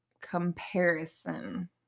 comparison